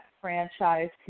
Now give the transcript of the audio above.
franchise